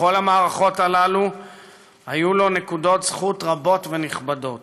בכל המערכות הללו היו לו נקודות זכות רבות ונכבדות.